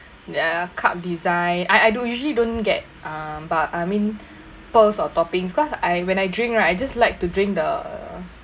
their cup design I don't usually don't get um but I mean pearls or toppings cause I when I drink right I just like to drink the